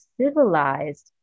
civilized